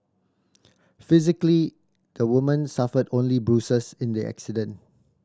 physically the woman suffered only bruises in the accident